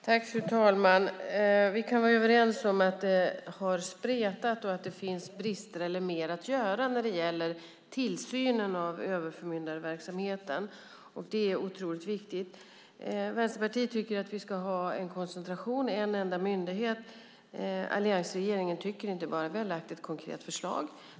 Fru talman! Vi kan vara överens om att det har spretat och att det finns brister, eller mer att göra, när det gäller tillsynen av överförmyndarverksamheten. Det är oerhört viktigt. Vänsterpartiet tycker att vi ska ha en koncentration till en enda myndighet. Alliansregeringen tycker inte det. Vi har lagt fram ett konkret förslag.